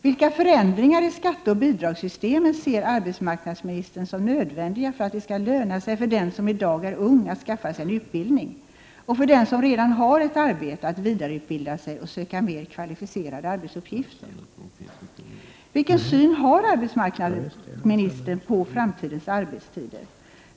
Vilka förändringar i skatteoch bidragssystemen ser arbetsmarknadsministern som nödvändiga för att det skall löna sig för den som i dag är ung att skaffa sig en utbildning och för den som redan har ett arbete att vidareutbilda sig och söka mer kvalificerade arbetsuppgifter? 4. Vilken syn har arbetsmarknadsministern på framtidens arbetstider?